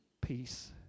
peace